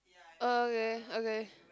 okay okay